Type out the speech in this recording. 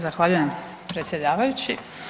zahvaljujem predsjedavajući.